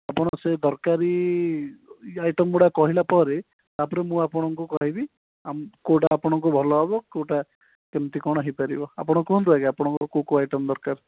ଆପଣ ସେ ଦରକାରି ଆଇଟମ୍ଗୁଡ଼ା କହିଲା ପରେ ତା'ପରେ ମୁଁ ଆପଣଙ୍କୁ କହିବି କେଉଁଟା ଆପଣଙ୍କୁ ଭଲ ହେବ କେଉଁଟା କେମିତି କ'ଣ ହୋଇପାରିବ ଆପଣ କୁହନ୍ତୁ ଆଗେ ଆପଣଙ୍କର କେଉଁ କେଉଁ ଆଇଟମ୍ ଦରକାର